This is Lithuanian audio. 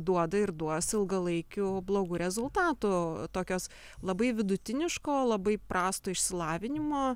duoda ir duos ilgalaikių blogų rezultatų tokios labai vidutiniško labai prasto išsilavinimo